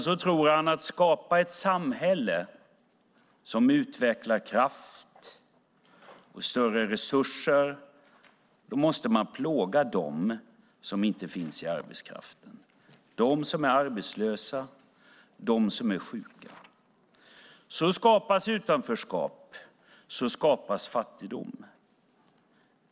Så tror man att för att skapa ett samhälle som utvecklar kraft och större resurser måste man plåga dem som inte finns i arbetskraften, dem som är arbetslösa, dem som är sjuka. Så skapas utanförskap, så skapas fattigdom.